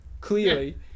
clearly